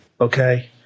Okay